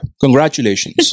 Congratulations